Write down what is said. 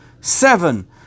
Seven